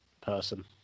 person